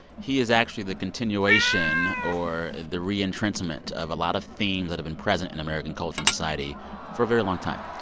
he is actually the continuation or the re-entrenchment of a lot of themes that have been present in american culture and society for a very long time.